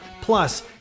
Plus